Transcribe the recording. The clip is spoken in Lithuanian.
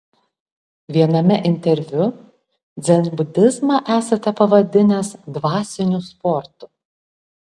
viename interviu dzenbudizmą esate pavadinęs dvasiniu sportu